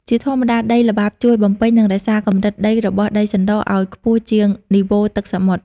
ជាធម្មតា ដីល្បាប់ជួយបំពេញ និងរក្សាកម្រិតដីរបស់ដីសណ្ដរឱ្យខ្ពស់ជាងនីវ៉ូទឹកសមុទ្រ។